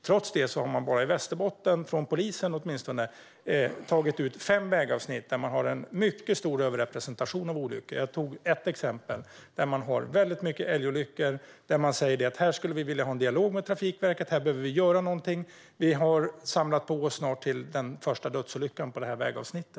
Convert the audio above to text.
Trots detta har man bara från polisen i Västerbotten tagit ut fem vägavsnitt med en mycket stor överrepresentation av olyckor. Jag tog ett exempel på en sträcka med väldigt många älgolyckor. Man säger där att man skulle vilja ha en dialog med Trafikverket, för där behöver någonting göras, och man menar att man snart samlat på sig till den första dödsolyckan på detta vägavsnitt.